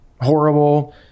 horrible